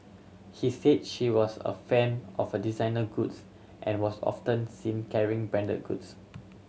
he say she was a fan of a designer goods and was often seen carrying branded goods